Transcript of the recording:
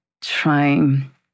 trying